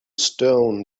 stone